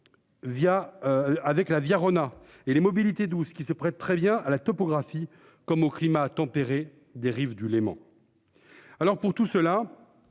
Avec la ViaRhôna et les mobilités douces qui se prête très bien à la topographie comme au climat tempéré des rives du Léman. Alors pour tout cela.